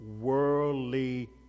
Worldly